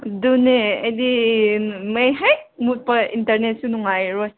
ꯑꯗꯨꯅꯦ ꯑꯩꯗꯤ ꯃꯩ ꯍꯦꯛ ꯃꯨꯠꯄꯒ ꯏꯟꯇꯔꯅꯦꯠꯁꯨ ꯅꯨꯡꯉꯥꯏꯔꯔꯣꯏ